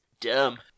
dumb